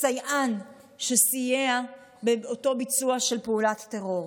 סייען שסייע באותו ביצוע של פעולת טרור.